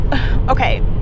okay